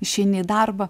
išeini į darbą